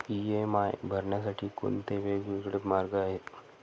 EMI भरण्यासाठी कोणते वेगवेगळे मार्ग आहेत?